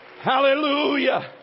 Hallelujah